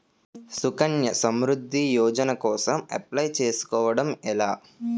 సుకన్య సమృద్ధి యోజన కోసం అప్లయ్ చేసుకోవడం ఎలా?